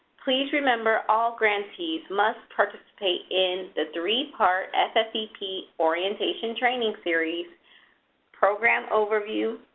please remember all grantees must participate in the three part ffvp orientation training series program overview,